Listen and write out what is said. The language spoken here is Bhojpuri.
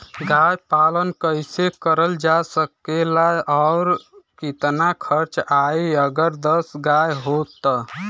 गाय पालन कइसे करल जा सकेला और कितना खर्च आई अगर दस गाय हो त?